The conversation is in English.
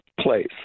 place